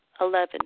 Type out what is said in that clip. Eleven